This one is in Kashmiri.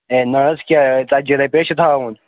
ہے نَہ حظ کیٛاہ ژتجی رۄپیہِ حظ چھُ تھاوُن